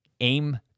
aim